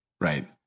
right